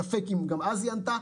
וספק אם היא גם אז ענתה,